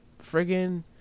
friggin